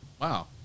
Wow